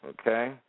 Okay